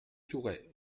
tourret